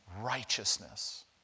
righteousness